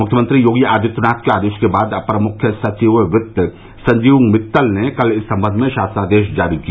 मुख्यमंत्री योगी आदित्यनाथ के आदेश के बाद अपर मुख्य सचिव वित्त संजीव मित्तल ने कल इस सम्बंध में शासनादेश जारी किया